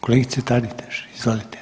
Kolegice Taritaš, izvolite.